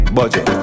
Budget